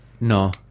No